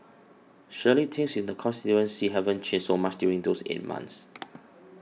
surely things in the constituency haven't changed so much during those eight months